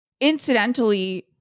incidentally